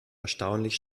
erstaunlich